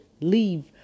leave